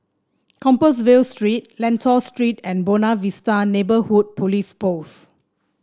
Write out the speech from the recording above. Compassvale Street Lentor Street and Buona Vista Neighbourhood Police Post